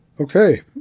Okay